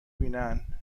بینن